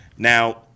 Now